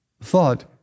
thought